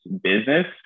business